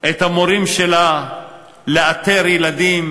את המורים שלה לאתר ילדים